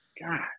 God